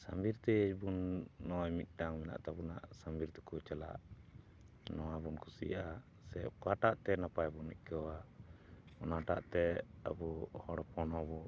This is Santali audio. ᱥᱟᱸᱵᱤᱨ ᱛᱮᱵᱚᱱ ᱱᱚᱜᱼᱚᱭ ᱢᱤᱫᱴᱟᱝ ᱢᱮᱱᱟᱜ ᱛᱟᱵᱚᱱᱟ ᱥᱟᱸᱵᱤᱨ ᱛᱮᱠᱚ ᱪᱟᱞᱟᱜ ᱱᱚᱣᱟ ᱵᱚᱱ ᱠᱩᱥᱤᱭᱟᱜᱼᱟ ᱥᱮ ᱚᱠᱟᱴᱟᱜ ᱛᱮ ᱱᱟᱯᱟᱭ ᱵᱚᱱ ᱟᱹᱭᱠᱟᱹᱣᱟ ᱚᱱᱟᱴᱟᱜ ᱛᱮ ᱟᱵᱚ ᱦᱚᱲ ᱦᱚᱯᱚᱱ ᱦᱚᱸᱵᱚᱱ